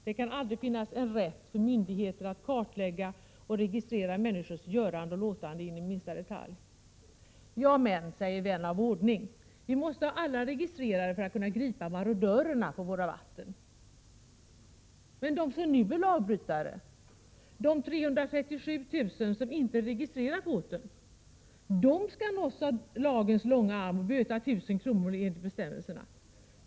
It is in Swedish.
Det kan aldrig finnas en rätt för myndigheter att kartlägga och registrera människors göranden och låtanden in i minsta detalj. Ja men, säger vän av ordning, vi måste ha alla registrerade för att kunna gripa marodörerna på våra vatten. De som nu är lagbrytare, de 337 000 som inte har registrerat sin båt, skall emellertid nås av lagens långa arm och böta 1 000 kr. enligt bestämmelserna.